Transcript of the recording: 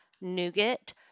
nougat